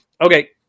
Okay